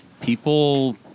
people